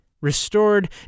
restored